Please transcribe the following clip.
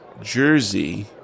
jersey